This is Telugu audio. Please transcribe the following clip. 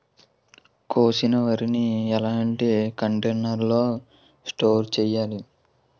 కోసిన వరిని ఎలాంటి కంటైనర్ లో స్టోర్ చెయ్యాలి?